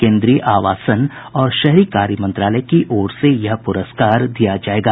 केन्द्रीय आवासन और शहरी कार्य मंत्रालय की ओर से यह प्रस्कार दिया जायेगा